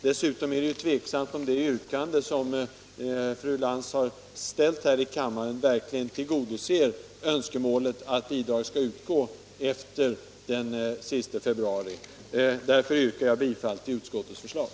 Dessutom är det tveksamt om det yrkande som fru Lantz har ställt här i kammaren verkligen tillgodoser önskemålet att bidrag skall utgå efter den sista februari. Jag yrkar bifall till utskottets förslag.